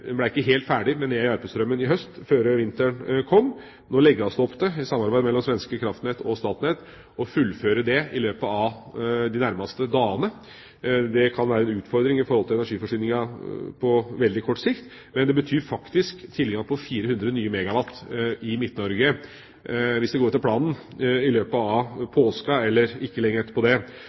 ble ikke helt ferdig med Nea–Järpströmmen i høst før vinteren kom. Nå legges det opp til, i et samarbeid mellom svenske Kraftnät og Statnett, å fullføre det i løpet av de nærmeste dagene. Det kan være en utfordring for energiforsyninga på veldig kort sikt. Men det betyr faktisk tilgang på 400 nye megawatt i Midt-Norge, hvis det går etter planen, i løpet av påsken eller ikke